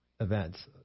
events